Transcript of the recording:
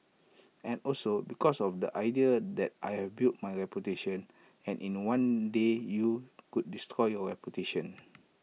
and also because of the idea that I've built my reputation and in one day you could destroy your reputation